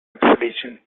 expedition